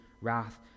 wrath